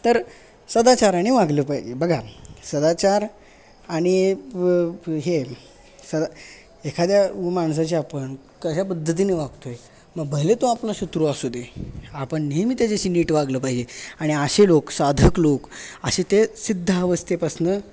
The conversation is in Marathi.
तर सदाचाराने वागले पाहिजे बघा सदाचार आणि हे सदा एखाद्या माणसाशी आपण कशा पद्धतीने वागतो आहोत मग भले तो आपला शत्रू असू दे आपण नेहमी त्याच्याशी नीट वागले पाहिजे आणि असे लोक साधक लोक असे ते सिद्धावस्थेपासनं